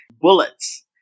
bullets